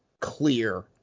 clear